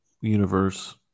universe